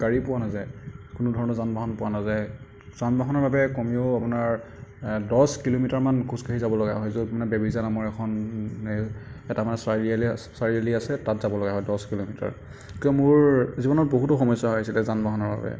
গাড়ী পোৱা নাযায় কোনোধৰণৰ যান বাহন পোৱা নাযায় যান বাহনৰ বাবে কমেও আপোনাৰ দহ কিলোমিটাৰমান খোজকাঢ়ি যাব লগা হয় য'ত মানে বেবেজীয়া নামৰ এখন মানে এটা মানে চাৰিআলি আছে তাত যাব লগা হয় দহ কিলোমিটাৰ কাৰণ মোৰ জীৱনত বহুতো সমস্য়া হৈছিলে যান বাহনৰ বাবে